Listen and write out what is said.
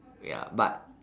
ya but